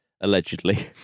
allegedly